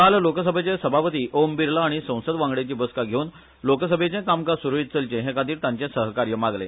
काल लोकसभेचे सभापती ओम बिरला हाणी संसद वांगड्याची बसका घेवन लोकसभेचे कामकाज सुरळीत चलचे हे खातीर तांचे सहकार्य मागले